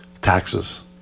Taxes